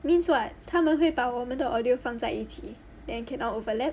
means what 他们会把我们的 audio 放在一起 then cannot overlap